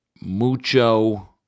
mucho